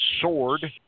sword